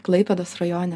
klaipėdos rajone